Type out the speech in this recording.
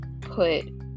put